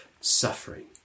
suffering